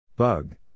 Bug